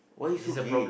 why you so gay